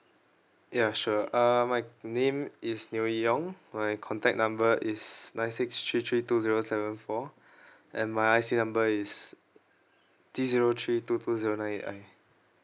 ya sure err my name is neoh yee yong my contact number is nine six three three two zero seven four and my I_C number is D zero three two two zero nine eight I